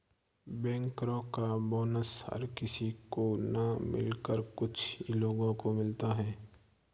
बैंकरो का बोनस हर किसी को न मिलकर कुछ ही लोगो को मिलता है